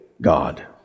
god